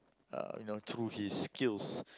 uh you know through his skills